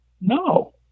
no